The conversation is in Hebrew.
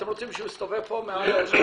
אתם רוצים שהוא יסתובב פה מעל?